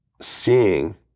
seeing